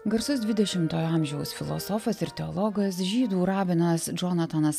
garsus dvidešimtojo amžiaus filosofas ir teologas žydų rabinas džonatanas